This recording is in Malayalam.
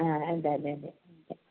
ആ ഉണ്ടല്ലേ അതെ